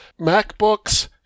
MacBooks